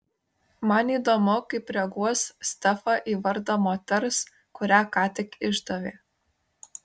man įdomu kaip reaguos stefa į vardą moters kurią ką tik išdavė